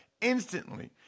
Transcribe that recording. instantly